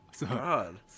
god